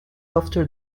after